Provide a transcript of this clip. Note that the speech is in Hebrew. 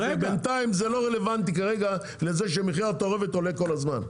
בינתיים זה לא רלוונטי כרגע לזה שמחיר התערובת עולה כל הזמן.